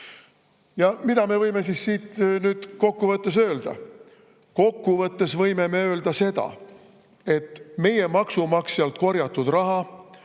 Mida me võime nüüd kokku võttes öelda? Kokku võttes võime öelda seda, et meie maksumaksjalt korjatud raha